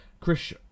Chris